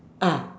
ah